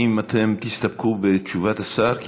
האם אתם תסתפקו בתשובת השר,